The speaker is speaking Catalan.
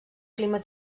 clima